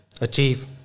achieve